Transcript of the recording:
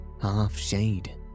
half-shade